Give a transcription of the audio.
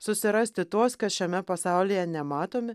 susirasti tuos kas šiame pasaulyje nematomi